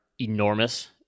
enormous